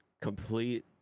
complete